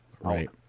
Right